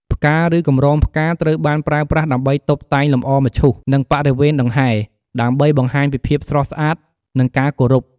ផ្កា និងកម្រងផ្កា ត្រូវបានប្រើប្រាស់ដើម្បីតុបតែងលម្អមឈូស និងបរិវេណដង្ហែ ដើម្បីបង្ហាញពីភាពស្រស់ស្អាត និងការគោរព។